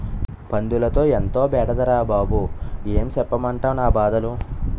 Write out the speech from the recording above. పందులతో ఎంతో బెడదరా బాబూ ఏం సెప్పమంటవ్ నా బాధలు